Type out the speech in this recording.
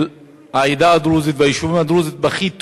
של העדה הדרוזית והיישובים הדרוזיים, בכי טוב.